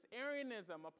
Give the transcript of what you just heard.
Arianism